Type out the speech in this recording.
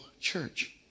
church